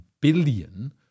billion